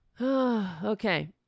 Okay